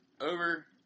over –